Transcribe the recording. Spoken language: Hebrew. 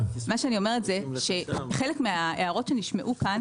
מה שאני אומרת זה שחלק מההערות שנשמעו כאן,